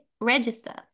register